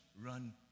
run